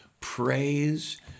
praise